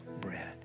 bread